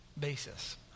basis